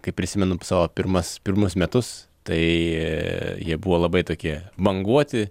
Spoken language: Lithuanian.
kai prisimenu savo pirmas pirmus metus tai jie buvo labai tokie banguoti